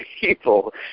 people